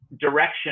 direction